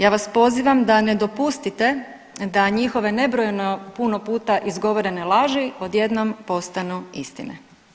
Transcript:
Ja vas pozivam da ne dopustite da njihove nebrojeno puno puta izgovorene laži odjednom postanu istine.